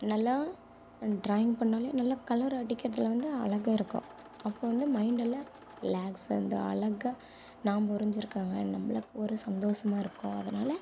நல்லா ட்ராயிங் பண்ணாலும் நல்லா கலர் அடிக்கிறதில் வந்து அழகாக இருக்கும் அப்போது வந்து மைண்டெல்லாம் ரிலாக்ஸாருந்தால் அழகாக நம்ப வரைஞ்சிருக்காங்க நம்பளுக்கு ஒரு சந்தோசமாக இருக்கும் அதனால்